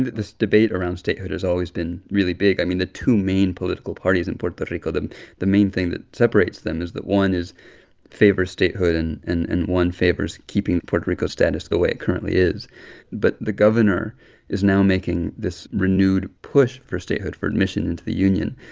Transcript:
this debate around statehood has always been really big. i mean, the two main political parties in puerto rico the main thing that separates them is that one is favors statehood, and and and one favors keeping puerto rico's status the the way it currently is but the governor is now making this renewed push for statehood, for admission into the union.